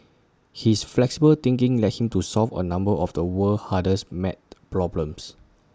his flexible thinking led him to solve A number of the world's hardest math problems